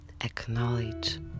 acknowledge